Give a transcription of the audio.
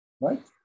right